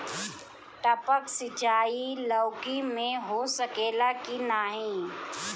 टपक सिंचाई लौकी में हो सकेला की नाही?